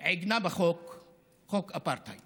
להריץ את החוק הזה בכל מחיר, ונתן הוראה: